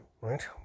right